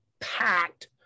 packed